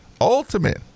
Ultimate